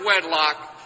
wedlock